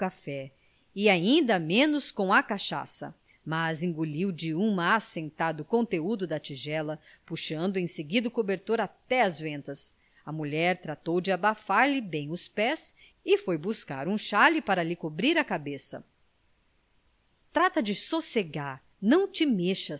café e ainda menos com a cachaça mas engoliu de uma assentada o conteúdo da tigela puxando em seguida o cobertor até às ventas a mulher tratou de abafar lhe bem os pés e foi buscar um xale para lhe cobrir a cabeça trata de sossegar não te